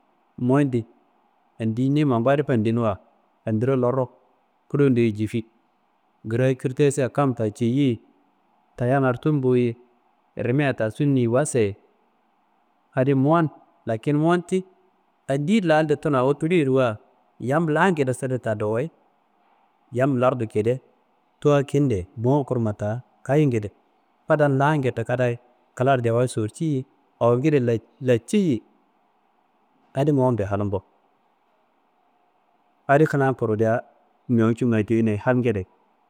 Mowon di andiyi nimangu adi fandenuwa adiro loro, kulondeye jifi, girayi kirddasea kamwa ceyiye tayangaro tumbo ye, rimea ta cunniyi wasu ye, adi mowan, lakin mowan ti adiyi andiyi lande tunu awo diliye nuwa yam langede sede ta dowiyi. Yam lardu gede tuwa kende mowon kurma ta kayingede fadan langende kada ye, klaro jawa sorceyi ye angide lalatceyi ye, adi mowonbe halgu adi kuna kuridiya mewu cunga jewunayi halngide